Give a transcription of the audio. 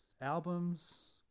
albums